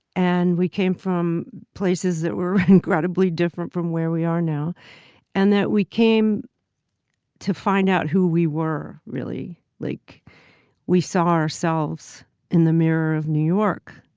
and we came from places that were incredibly different from where we are now and that we came to find out who we were really like we saw ourselves in the mirror of new york.